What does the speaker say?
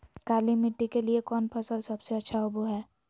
काली मिट्टी के लिए कौन फसल सब से अच्छा होबो हाय?